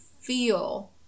feel